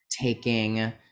taking